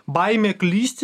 baimė klysti